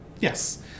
Yes